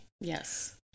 Yes